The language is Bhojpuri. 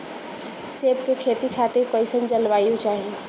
सेब के खेती खातिर कइसन जलवायु चाही?